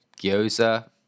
gyoza